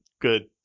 good